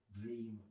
dream